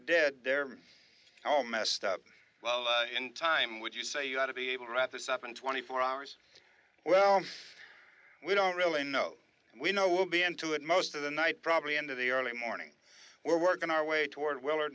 dead they're all messed up well in time would you say you had to be able to wrap this up in twenty four hours well we don't really know we know will be end to it most of the night probably end of the early morning we're working our way toward wellard